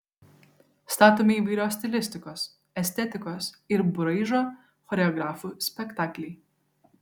statomi įvairios stilistikos estetikos ir braižo choreografų spektakliai